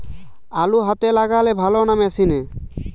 আলু হাতে লাগালে ভালো না মেশিনে?